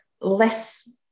less